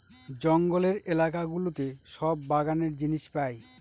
জঙ্গলের এলাকা গুলোতে সব বাগানের জিনিস পাই